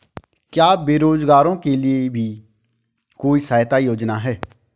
क्या बेरोजगारों के लिए भी कोई सहायता योजना है?